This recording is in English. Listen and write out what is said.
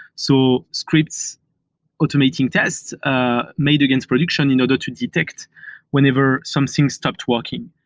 so scripts automating tests ah made against production in order to detect whenever something stopped working.